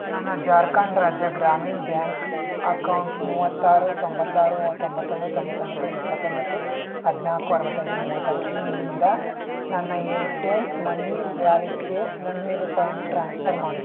ನನ್ನ ಜಾರ್ಖಂಡ್ ರಾಜ್ಯ ಗ್ರಾಮೀಣ ಬ್ಯಾಂಕ್ ಅಕೌಂಟ್ ಮೂವತ್ತಾರು ತೊಂಬತ್ತಾರು ತೊಂಬತ್ತೊಂದು ತೊಂಬತ್ತೊಂಬತ್ತು ಎಪ್ಪತ್ತೊಂಬತ್ತು ಹದಿನಾಲ್ಕು ಅರವತ್ತೈದು ಮೂವತ್ತಾರು ಇದರಿಂದ ನನ್ನ ಏರ್ಟೆಲ್ ಮನಿ ವ್ಯಾಲೆಟ್ಗೆ ಮುನ್ನೂರು ರೂಪಾಯನ್ನ ಟ್ರಾನ್ಸ್ಫರ್ ಮಾಡು